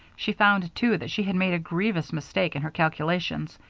she found, too, that she had made a grievous mistake in her calculations.